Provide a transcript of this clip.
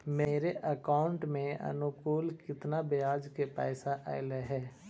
मेरे अकाउंट में अनुकुल केतना बियाज के पैसा अलैयहे?